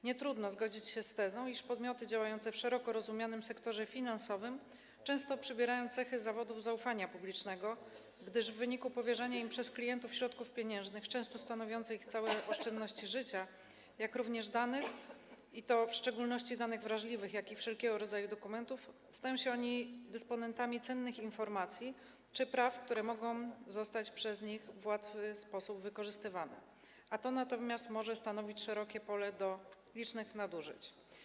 Nietrudno zgodzić się z tezą, iż zawody wykonywane przez podmioty działające w szeroko rozumianym sektorze finansowym częstą przybierają cechy zawodów zaufania publicznego, gdyż w wyniku powierzania im przez klientów środków pieniężnych, nierzadko stanowiących ich całe oszczędności życia, jak również danych, i to w szczególności danych wrażliwych, i wszelkiego rodzaju dokumentów, stają się oni dysponentami cennych informacji czy praw, które mogą zostać przez nich w łatwy sposób wykorzystywane, to natomiast może dawać szerokie pole do licznych nadużyć.